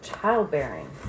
childbearing